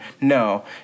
No